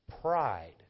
Pride